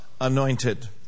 anointed